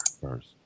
first